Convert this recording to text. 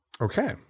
Okay